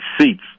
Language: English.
seats